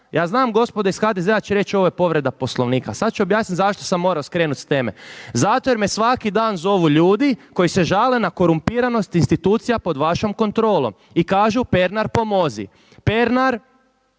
ja znam gospoda iz HDZ-a će reći ovo je povreda Poslovnika. A sada ću objasniti zašto sam morao skrenuti sa teme? Zato jer me svaki dan zovu ljudi koji se žale na korumpiranost institucija pod vašom kontrolom i kažu Pernar pomozi. Pernar